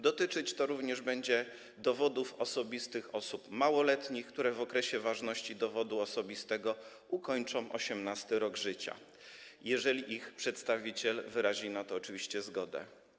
Dotyczyć to również będzie dowodów osobistych osób małoletnich, które w okresie ważności dowodu osobistego ukończą 18. rok życia, jeżeli ich przedstawiciel wyrazi na to oczywiście zgodę.